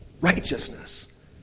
righteousness